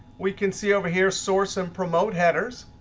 we can see over here, source and promote headers.